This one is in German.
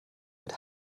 mit